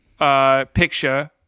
Picture